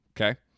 Okay